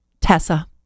Tessa